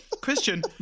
Christian